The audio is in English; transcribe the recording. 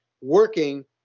working